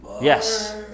Yes